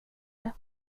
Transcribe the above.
det